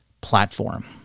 platform